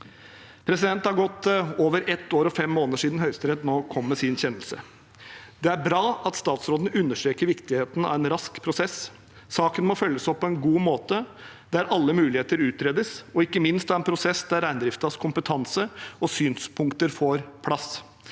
Det har gått over ett år og fem måneder siden Høyesterett kom med sin kjennelse. Det er bra at statsråden understreker viktigheten av en rask prosess. Saken må følges opp på en god måte der alle muligheter utredes, og ikke minst av en prosess der reindriftens kompetanse og synspunkter får plass.